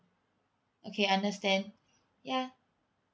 okay understand ya